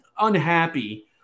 unhappy